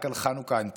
רק על חנוכה הם תרגלו,